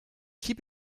keep